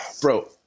bro